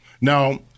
Now